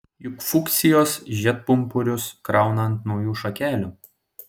juk fuksijos žiedpumpurius krauna ant naujų šakelių